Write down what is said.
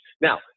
Now